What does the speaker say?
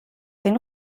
den